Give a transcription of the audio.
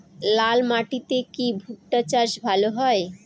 লাল মাটিতে কি ভুট্টা চাষ ভালো হয়?